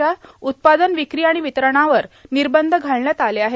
च्या उत्पादन विक्री आणि वितरणावर निर्बध न घालण्यात आले आहेत